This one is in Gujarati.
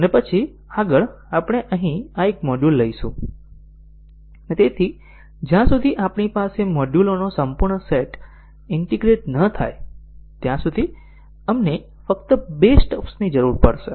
અને પછી આગળ આપણે અહીં આ એક મોડ્યુલ લઈશું અને જ્યાં સુધી આપણી પાસે મોડ્યુલોનો સંપૂર્ણ સેટ ઈન્ટીગ્રેટ ન થાય ત્યાં સુધી આપણને ફક્ત બે સ્ટબ્સની જરૂર પડશે